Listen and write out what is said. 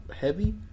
Heavy